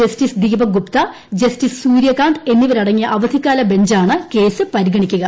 ജസ്റ്റിസ്റ്റ് Deepak Gupta justice Suryakant എന്നിവരടങ്ങിയ അവധിക്കാ്ലൂ ബ്ഞ്ചാണ് കേസ് പരിഗണിക്കുക